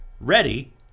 ready